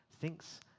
thinks